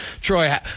Troy